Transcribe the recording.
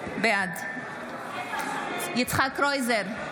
בעד יצחק קרויזר,